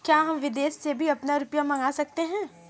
क्या हम विदेश से भी अपना रुपया मंगा सकते हैं?